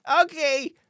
okay